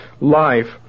life